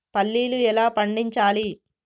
పల్లీలు ఎలా పండించాలి?